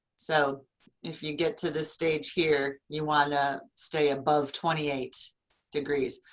so if you get to this stage here you want to stay above twenty eight degrees.